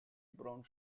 brown